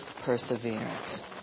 perseverance